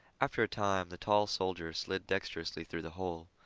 after a time the tall soldier slid dexterously through the hole.